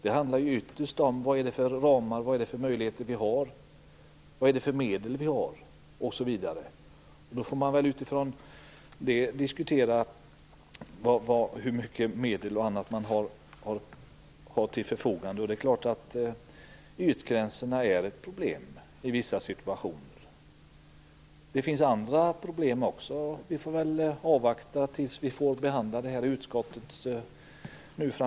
Det handlar ju ytterst om vilka ramar och möjligheter vi har, om vilka medel vi har osv. Utifrån det får man diskutera hur mycket medel och annat man har till sitt förfogande. Det är klart att ytgränserna är ett problem i vissa situationer. Det finns andra problem också. Vi får väl avvakta tills vi får behandla det här i utskottet i vår.